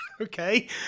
Okay